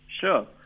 Sure